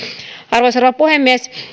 arvoisa rouva puhemies